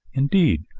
indeed,